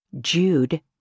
Jude